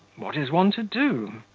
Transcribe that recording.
what is one to do!